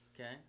Okay